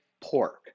pork